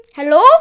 Hello